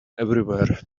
everywhere